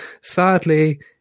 Sadly